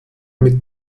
mit